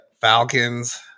Falcons